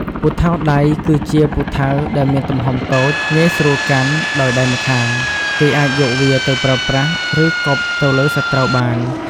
ពូថៅដៃ គឺជាពូថៅដែលមានទំហំតូច ងាយស្រួលកាន់ដោយដៃម្ខាង គេអាចយកវាទៅប្រើប្រាស់ ឬគប់ទៅលើសត្រូវបាន។